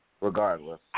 regardless